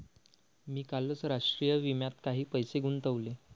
मी कालच राष्ट्रीय विम्यात काही पैसे गुंतवले